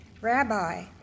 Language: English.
Rabbi